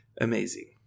amazing